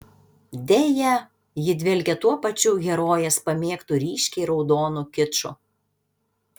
deja ji dvelkia tuo pačiu herojės pamėgtu ryškiai raudonu kiču